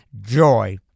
joy